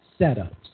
setups